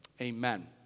Amen